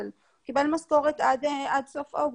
אבל הוא קיבל משכורת עד סוף אוגוסט,